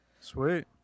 Sweet